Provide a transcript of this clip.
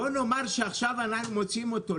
בואו נאמר שעכשיו אנחנו מוציאים אותו,